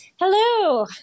Hello